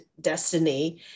destiny